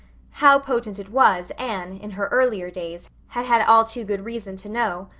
how potent it was anne, in her earlier days, had had all too good reason to know.